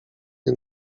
nie